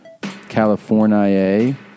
California